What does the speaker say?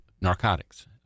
narcotics